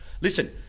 listen